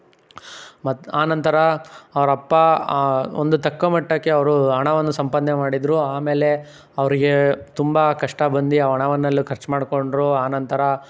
ಮತ್ತೆ ಆನಂತರ ಅವರಪ್ಪ ಒಂದು ತಕ್ಕ ಮಟ್ಟಕ್ಕೆ ಅವರು ಹಣವನ್ನು ಸಂಪಾದನೆ ಮಾಡಿದ್ದರು ಆಮೇಲೆ ಅವರಿಗೆ ತುಂಬ ಕಷ್ಟ ಬಂದು ಆ ಹಣವನ್ನೆಲ್ಲ ಖರ್ಚು ಮಾಡಿಕೊಂಡ್ರು ಆನಂತರ